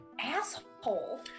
Asshole